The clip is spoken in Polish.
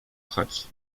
chać